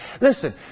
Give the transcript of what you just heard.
Listen